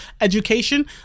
education